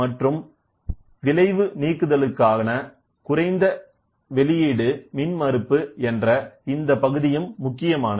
மற்றும் விளைவு நீக்குதலுக்கான குறைந்த வெளியீடு மின்மறுப்பு என்ற இந்தப் பகுதியும் முக்கியமானது